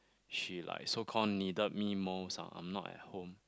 she like so call needed me most ah I'm not at home